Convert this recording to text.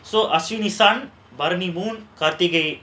so Ashwini sun பரணி:barani moon கார்த்திகை:kaarthigai